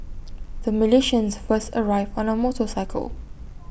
the Malaysians first arrived on A motorcycle